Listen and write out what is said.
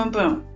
um boom,